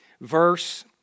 verse